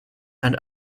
and